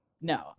No